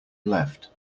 left